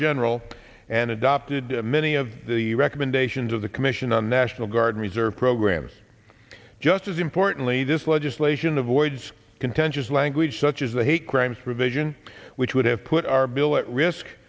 general and adopted many of the recommendations of the commission on national guard reserve programs just as importantly this legislation avoids contentious language such as the hate crimes provision which would have put our bill at risk